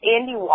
Andy